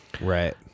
right